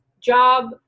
job